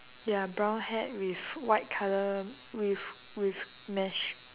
ya brown hat with white colour with with mesh